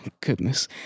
Goodness